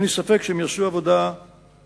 אין לי ספק שהם יעשו עבודה ראויה.